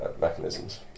mechanisms